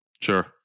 Sure